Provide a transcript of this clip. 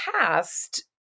past